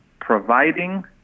providing